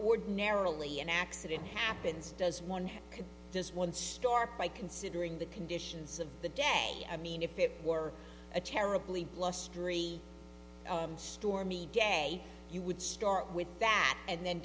ordinarily an accident happens does one just one start by considering the conditions of the day i mean if it were a terribly blustery stormy get a you would start with that and then